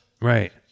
Right